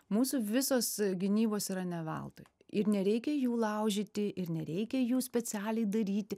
mūsų visos gynybos yra ne veltui ir nereikia jų laužyti ir nereikia jų specialiai daryti